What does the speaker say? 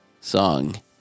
song